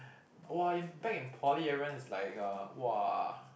!wah! in back in poly everyone is like uh !wah!